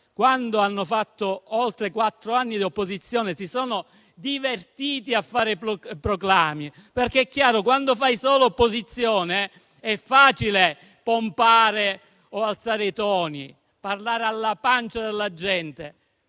elettorale, negli oltre quattro anni di opposizione si sono divertiti a fare proclami. È chiaro infatti che quando fai solo opposizione, è facile pompare o alzare i toni, parlando alla pancia della gente.